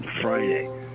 friday